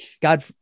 god